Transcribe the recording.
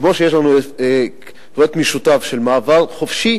כמו שיש לנו פרויקט משותף של מעבר חופשי